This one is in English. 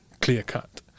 clear-cut